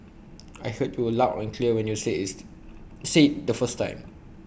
I heard you loud and clear when you said it's said the first time